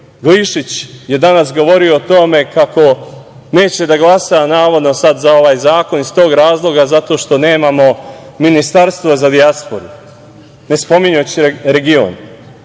Glišić je danas govorio o tome kako neće da glasa, navodno, sad za ovaj zakon iz tog razloga što nemamo ministarstvo za dijasporu, ne spominjući region.